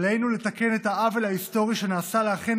עלינו לתקן את העוול ההיסטורי שנעשה לאחינו